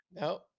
No